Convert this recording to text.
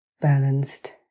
balanced